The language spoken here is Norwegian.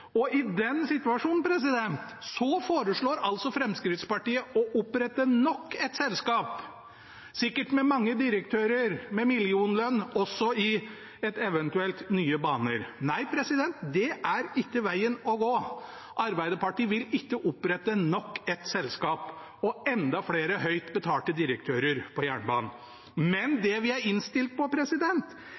I denne situasjonen foreslår altså Fremskrittspartiet å opprette nok et selskap – sikkert med mange direktører med millionlønn også i et eventuelt Nye Baner. Nei, det er ikke veien å gå. Arbeiderpartiet vil ikke opprette nok et selskap og ha enda flere høyt betalte direktører i jernbanen. Men det vi er innstilt på,